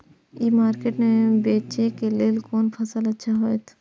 ई market में बेचेक लेल कोन फसल अच्छा होयत?